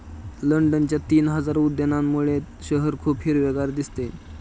लंडनच्या तीन हजार उद्यानांमुळे शहर खूप हिरवेगार दिसते